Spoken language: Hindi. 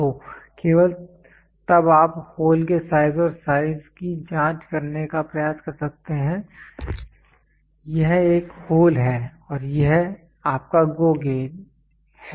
तो केवल तब आप होल के साइज और साइज की जांच करने का प्रयास कर सकते हैं यह एक होल है और यह आपका GO गेज है